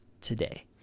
today